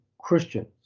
Christians